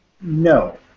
No